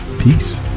Peace